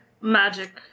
Magic